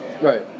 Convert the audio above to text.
Right